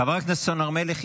חברת הכנסת סון הר מלך,